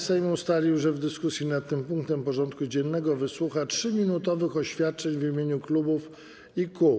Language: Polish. Sejm ustalił, że w dyskusji nad tym punktem porządku dziennego wysłucha 3-minutowych oświadczeń w imieniu klubów i kół.